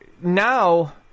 now